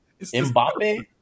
Mbappe